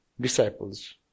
disciples